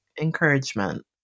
encouragement